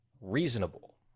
reasonable